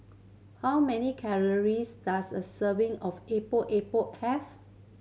how many calories does a serving of Epok Epok have